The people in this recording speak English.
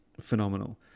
phenomenal